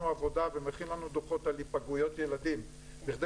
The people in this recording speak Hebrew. עבודה ומכין לנו דו"חות על היפגעויות ילדים בכדי